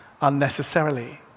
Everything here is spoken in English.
unnecessarily